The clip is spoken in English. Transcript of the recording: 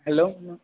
hello